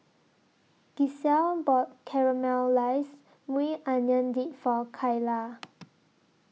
Gisselle bought Caramelized Maui Onion Dip For Kyla